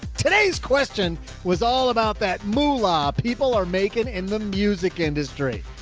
today's question was all about that moolah people are making in the music industry.